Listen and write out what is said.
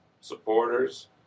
supporters